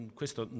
questo